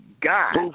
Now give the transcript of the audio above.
God